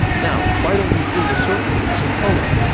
now why don't we fill the circle with some color.